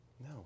No